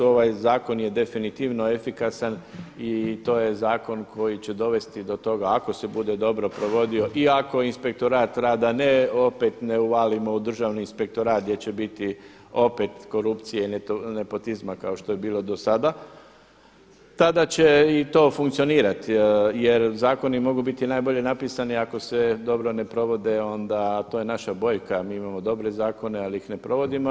Ovaj zakon je definitivno efikasan i to je zakon koji će dovesti do toga ako se bude dobro provodio i ako inspektorat rada ne opet ne uvalimo u Državni inspektorat gdje će biti opet korupcije i nepotizma kao što je bilo do sada, tada će to i funkcionirat jer zakoni mogu biti najbolje napisani ako se dobro ne provode onda, a to je naša boljka, mi imamo dobre zakone ali ih ne provodimo.